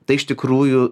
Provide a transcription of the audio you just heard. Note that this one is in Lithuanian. tai iš tikrųjų